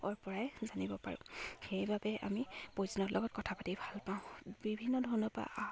ৰ পৰাই জানিব পাৰোঁ সেইবাবে আমি পৰ্যটনৰ লগত কথা পাতি ভাল পাওঁ বিভিন্ন ধৰণৰ পৰা অহা